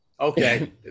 Okay